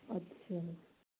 अच्छा